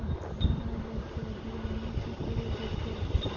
আমার বকেয়া বিল আমি কি করে দেখব?